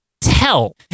tell